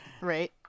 Right